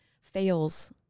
fails